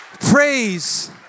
Praise